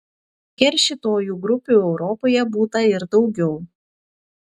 keršytojų grupių europoje būta ir daugiau